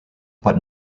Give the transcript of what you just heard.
but